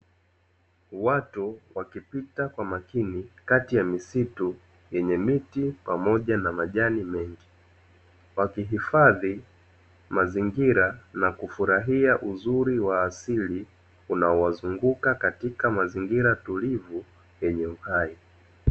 Watu wakipita kwa makini katiya misitu yenye miti pamoja na majani mengi, wakihifadhi mazingira nakufurahia uzuri wa asili, unaowazunguka katika mazingira tulivu yenye uhai.